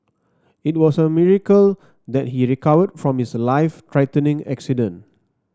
it was a miracle that he recovered from his life threatening accident